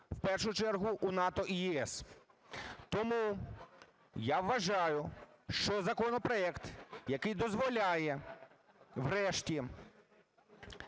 в першу чергу у НАТО і ЄС. Тому, я вважаю, що законопроект, який дозволяє врешті